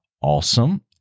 awesome